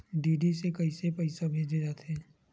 DD से कइसे पईसा भेजे जाथे?